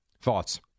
Thoughts